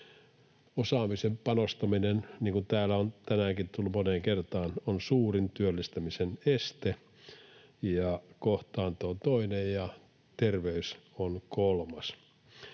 Osaamiseen panostaminen, niin kuin täällä on tänäänkin tullut moneen kertaan, on suurin työllistämisen edellytys ja kohtaanto on toinen ja terveys on kolmas.